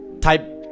Type